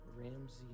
ramsey